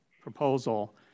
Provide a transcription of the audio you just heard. proposal